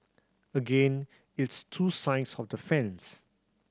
again it's two sides of the fence